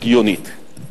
הגיונית.